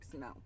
No